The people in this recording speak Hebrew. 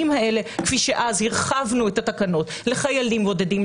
האלה כפי שאז הרחבנו את התקנות לחיילים בודדים,